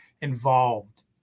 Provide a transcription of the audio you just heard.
involved